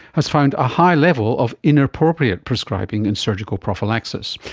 has found a high level of inappropriate prescribing in surgical prophylaxis.